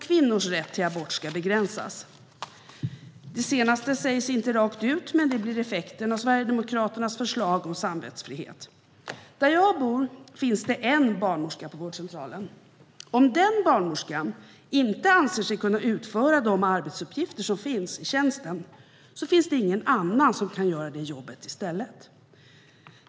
Kvinnors rätt till abort ska begränsas. Det senaste sägs inte rakt ut, men det blir effekten av Sverigedemokraternas förslag om samvetsfrihet. Där jag bor finns en barnmorska på vårdcentralen. Om den barnmorskan inte anser sig kunna utföra de arbetsuppgifter som finns i tjänsten finns det ingen annan som kan göra jobbet i stället.